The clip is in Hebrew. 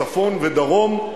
צפון ודרום,